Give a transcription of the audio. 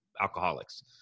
alcoholics